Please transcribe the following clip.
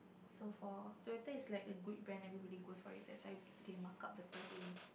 so for Toyota it's like a good brand everyone goes for it that's why they mark up the price even